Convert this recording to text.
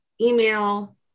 email